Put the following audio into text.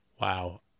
Wow